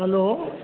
hello